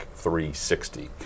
360